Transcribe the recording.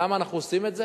למה אנחנו עושים את זה?